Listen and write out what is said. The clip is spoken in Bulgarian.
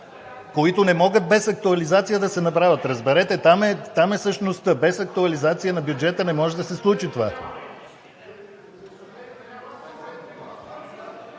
които не могат без актуализация да се направят. Разберете, там е същността. Без актуализация на бюджета не може да се случи това.